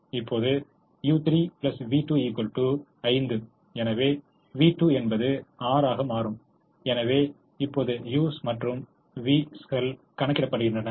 இப்போது u3 v2 5 எனவே v2 என்பது 6 ஆக மாறும் எனவே இப்போது u's மற்றும் v's கள் கணக்கிடப்படுகின்றன